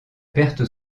pertes